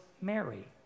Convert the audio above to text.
Mary